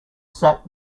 sat